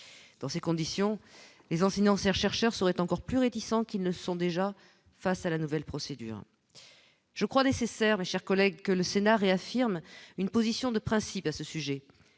dans ces conditions, les enseignants chercheurs seraient encore plus réticents qui ne le sont déjà, face à la nouvelle procédure je crois nécessaire mais, chers collègues, que le Sénat réaffirme une position de principe à ce sujet,